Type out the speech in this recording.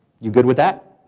you good with that?